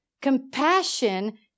Compassion